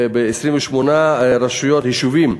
וב-28 יישובים,